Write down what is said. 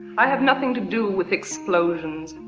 i have nothing to do with explosions.